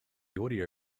audio